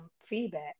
feedback